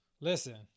Listen